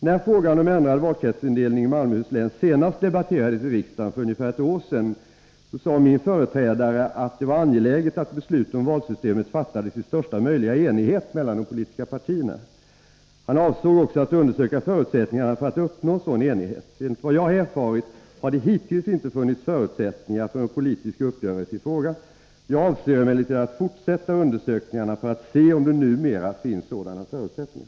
När frågan om ändrad valkretsindelning i Malmöhus län senast debatterades i riksdagen för ungefär ett år sedan framhöll min företrädare att det var angeläget att beslut om valsystemet fattas i största möjliga enighet mellan de politiska partierna. Han avsåg också att undersöka förutsättningarna för att uppnå en sådan enighet. Enligt vad jag har erfarit har det hittills inte funnits förutsättningar för en politisk uppgörelse i frågan. Jag avser emellertid att fortsätta undersökningarna för att se om det numera finns sådana förutsättningar.